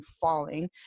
Falling